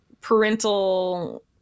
parental